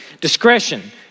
discretion